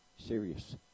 Serious